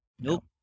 Nope